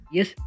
Yes